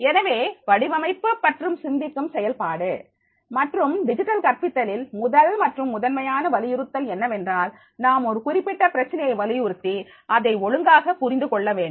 எனவே வடிவமைப்பு பற்றி சிந்திக்கும் செயல்பாடு மற்றும் டிஜிட்டல் கற்பித்தலில் முதல் மற்றும் முதன்மையான வலியுறுத்தல் என்னவென்றால் நாம் ஒரு குறிப்பிட்ட பிரச்சனையை வலியுறுத்தி அதை ஒழுங்காக புரிந்து கொள்ள வேண்டும்